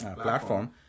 platform